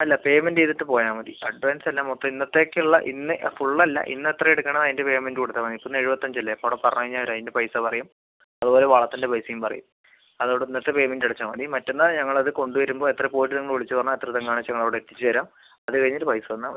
അല്ല പേയ്മെൻറ്റ് ചെയ്തിട്ട് പോയാൽ മതി അഡ്വാൻസ് അല്ല മൊത്തം ഇന്നത്തേക്കുള്ള ഇന്ന് ഫുള്ളല്ല ഇന്ന് എത്ര എടുക്കുന്നു അതിൻ്റെ പേയ്മെൻറ്റ് കൊടുത്താൽ മതി ഇന്ന് എഴുപത്തഞ്ച് അല്ലേ അപ്പോൾ അവിടെ പറഞ്ഞ് കഴിഞ്ഞാൽ അവർ അതിൻ്റെ പൈസ പറയും അതുപോലെ വളത്തിൻ്റെ പൈസയും പറയും അതുകൊണ്ട് ഇന്നത്തെ പേയ്മെൻറ്റ് അടച്ചാൽ മതി മറ്റന്നാൾ ഞങ്ങൾ അത് കൊണ്ട് വരുമ്പോൾ എത്ര പോയിട്ട് നിങ്ങൾ വിളിച്ച് പറഞ്ഞാൽ എത്ര തെങ്ങാണെന്ന് വെച്ചാൽ അവിടെ എത്തിച്ചു തരാം അത് കഴിഞ്ഞിട്ട് പൈസ തന്നാൽ മതി